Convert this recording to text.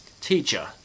Teacher